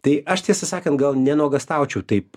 tai aš tiesą sakant gal nenuogąstaučiau taip